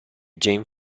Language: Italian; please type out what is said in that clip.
jane